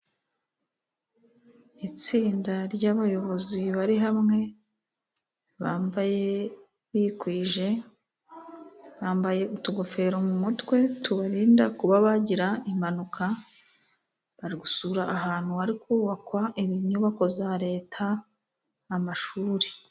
Itsinda ry'abayobozi bari hamwe bambaye bikwije bambaye utugofero mu mutwe tubarinda kuba bagira impanuka bari gusura ahantu hari kubakwa inyubako za leta amashuri.